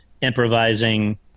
improvising